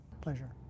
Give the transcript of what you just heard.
Pleasure